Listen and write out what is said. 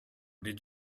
did